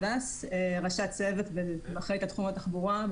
ראשת צוות בתחום התחבורה,